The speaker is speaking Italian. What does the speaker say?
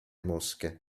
mosche